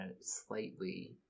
slightly